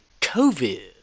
COVID